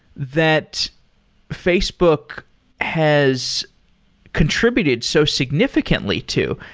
that facebook has contributed so significantly to.